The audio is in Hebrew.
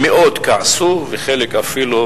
הם מאוד כעסו, וחלק אפילו